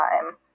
time